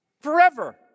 Forever